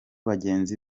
bagenzi